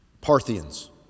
Parthians